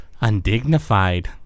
undignified